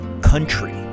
country